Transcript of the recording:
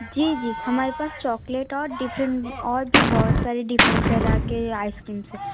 जी जी हमारे पास चॉकलेट और डिफेन और भी बहुत सारी डिफरेंट तरह की आइस क्रीमम्स हैं